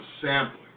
sampling